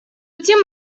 тем